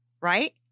right